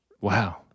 wow